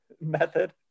method